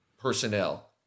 personnel